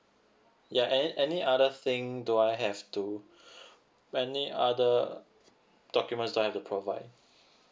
ya any any other thing do I have to any other documents do I have to provide